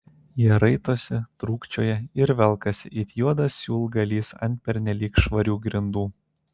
jie raitosi trūkčioja ir velkasi it juodas siūlgalys ant pernelyg švarių grindų